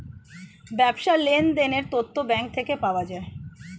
ব্যবসার লেনদেনের তথ্য ব্যাঙ্ক থেকে পাওয়া যায়